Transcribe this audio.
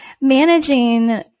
managing